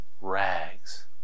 rags